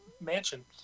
mansion